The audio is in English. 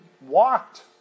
walked